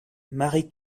marie